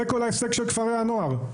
זה כל ההישג של כפרי הנוער.